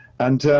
and yeah,